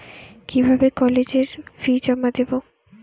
কিভাবে কলেজের ফি জমা দেবো?